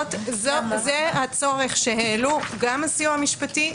זה הצורך שהעלו גם הסיוע המשפטי,